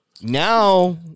Now